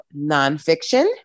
nonfiction